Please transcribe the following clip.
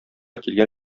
килгән